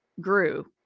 grew